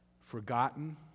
forgotten